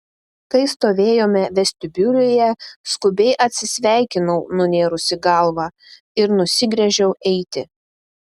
kai stovėjome vestibiulyje skubiai atsisveikinau nunėrusi galvą ir nusigręžiau eiti